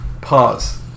pause